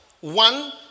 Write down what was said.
One